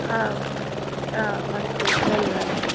आम् अस्तु धन्यवादः